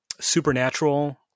supernatural